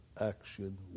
action